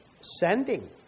sending